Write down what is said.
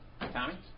Tommy